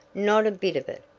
not a bit of it.